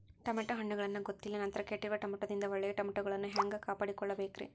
Tomato ಹಣ್ಣುಗಳನ್ನ ಗೊತ್ತಿಲ್ಲ ನಂತರ ಕೆಟ್ಟಿರುವ ಟಮಾಟೊದಿಂದ ಒಳ್ಳೆಯ ಟಮಾಟೊಗಳನ್ನು ಹ್ಯಾಂಗ ಕಾಪಾಡಿಕೊಳ್ಳಬೇಕರೇ?